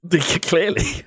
Clearly